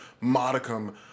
modicum